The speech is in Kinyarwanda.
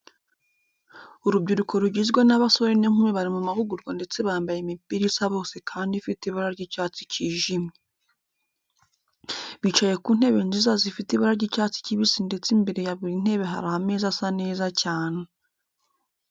Urubyiruko rugizwe n'abasore n'inkumi bari mu mahugurwa ndetse bambaye imipira isa bose kandi ifite ibara ry'icyatsi kijimye. Bicaye ku ntebe nziza zifite ibara ry'icyatsi kibisi ndetse imbere ya buri ntebe hari ameza asa neza cyane.